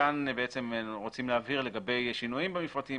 כאן רוצים להבהיר לגבי שינויים במפרטים,